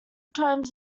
times